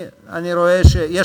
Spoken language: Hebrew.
כל חברי הכנסת יכולים להצביע.